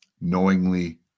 knowingly